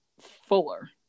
Fuller